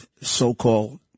so-called